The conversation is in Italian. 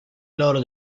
loro